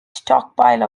stockpile